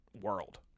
world